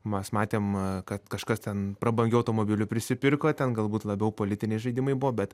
mes matėm kad kažkas ten prabangių automobilių prisipirko ten galbūt labiau politiniai žaidimai buvo bet